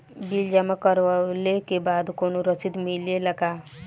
Bill जमा करवले के बाद कौनो रसिद मिले ला का?